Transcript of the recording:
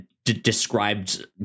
described